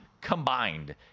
combined